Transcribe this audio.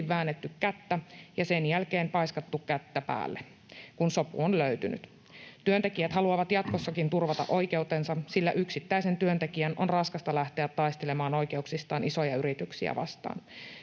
väännetty kättä ja sen jälkeen paiskattu kättä päälle, kun sopu on löytynyt. Työntekijät haluavat jatkossakin turvata oikeutensa, sillä yksittäisen työntekijän on raskasta lähteä taistelemaan oikeuksistaan isoja yrityksiä vastaan.